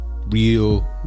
real